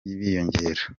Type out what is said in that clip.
biyongera